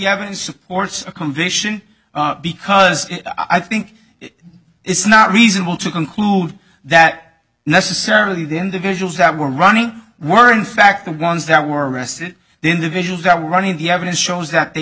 evidence supports a condition because i think it's not reasonable to conclude that necessarily the individuals that were running weren't fact the ones that were arrested the individuals that were running the evidence shows that they